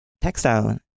textile